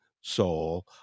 soul